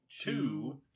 two